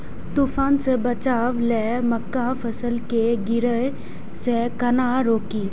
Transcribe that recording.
तुफान से बचाव लेल मक्का फसल के गिरे से केना रोकी?